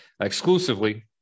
exclusively